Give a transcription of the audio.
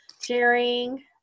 sharing